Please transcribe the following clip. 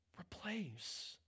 Replace